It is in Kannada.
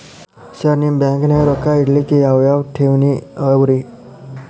ಸರ್ ನಿಮ್ಮ ಬ್ಯಾಂಕನಾಗ ರೊಕ್ಕ ಇಡಲಿಕ್ಕೆ ಯಾವ್ ಯಾವ್ ಠೇವಣಿ ಅವ ರಿ?